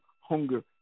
hunger